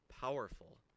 powerful